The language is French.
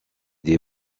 des